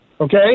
okay